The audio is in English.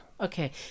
okay